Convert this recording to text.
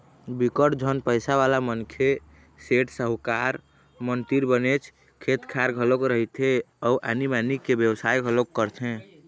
बिकट झन पइसावाला मनखे, सेठ, साहूकार मन तीर बनेच खेत खार घलोक रहिथे अउ आनी बाकी के बेवसाय घलोक करथे